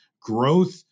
growth